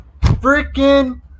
freaking